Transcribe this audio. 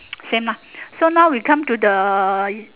same lah so now we come to the